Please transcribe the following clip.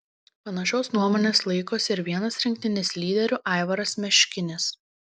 panašios nuomonės laikosi ir vienas rinktinės lyderių aivaras meškinis